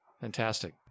Fantastic